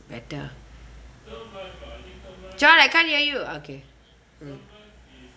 better john I can't hear you okay mm